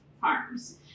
farms